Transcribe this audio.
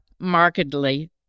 markedly